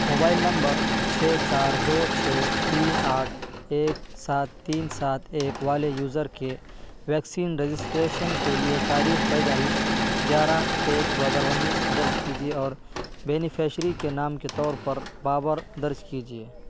mobile نمبر چھ چار دو چھ تین آٹھ ایک سات تین سات ایک والے یوزر کے ویکسین رجسٹریشن کے لیے تاریخ پیدائش گیارہ ایک دو ہزار ونیس درج کیجیے اور بینیفیشری کے نام کے طور پر بابر درج کیجیے